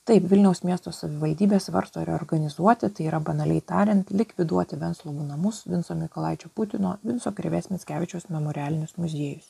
taip vilniaus miesto savivaldybė svarsto reorganizuoti tai yra banaliai tariant likviduoti venclovų namus vinco mykolaičio putino vinco krėvės mickevičiaus memorialinius muziejus